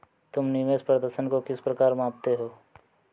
तुम निवेश प्रदर्शन को किस प्रकार मापते हो?